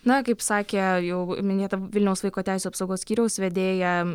na kaip sakė jau minėta vilniaus vaiko teisių apsaugos skyriaus vedėja